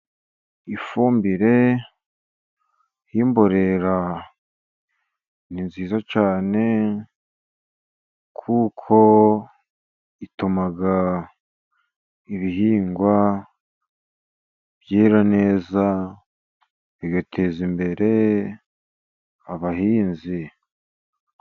Ifumbire y’imborera ni nziza cyane kuko ituma ibihingwa byera neza bigateza imbere abahinzi.